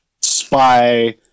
spy